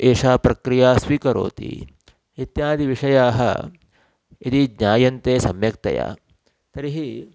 एषा प्रक्रिया स्वीकरोति इत्यादयः विषयाः यदि ज्ञायन्ते सम्यक्तया तर्हि